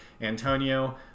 antonio